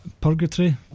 purgatory